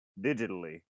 digitally